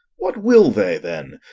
what will they then,